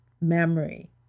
memory